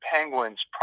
Penguins